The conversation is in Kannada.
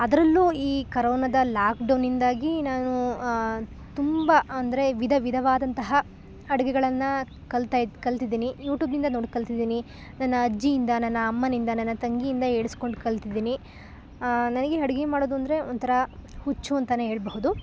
ಅದರಲ್ಲೂ ಈ ಕರೋನದ ಲಾಕ್ ಡೌನಿಂದಾಗಿ ನಾನು ತುಂಬ ಅಂದರೆ ವಿಧ ವಿಧವಾದಂತಹ ಅಡುಗೆಗಳನ್ನು ಕಲ್ತೈತು ಕಲಿತಿದ್ದೀನಿ ಯುಟ್ಯೂಬ್ನಿಂದ ನೋಡೋದು ಕಲಿತಿದ್ದೀನಿ ನನ್ನ ಅಜ್ಜಿಯಿಂದ ನನ್ನ ಅಮ್ಮನಿಂದ ನನ್ನ ತಂಗಿಯಿಂದ ಹೇಳ್ಸ್ಕೊಂಡು ಕಲಿತಿದ್ದೀನಿ ನನಗೆ ಅಡುಗೆ ಮಾಡೋದು ಅಂದರೆ ಒಂಥರ ಹುಚ್ಚು ಅಂತೆಯೇ ಹೇಳ್ಬಹುದು